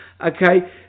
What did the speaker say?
okay